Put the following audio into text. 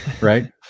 Right